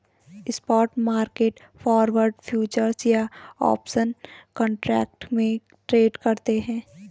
spot market forward, futures या options contract में trade करते हैं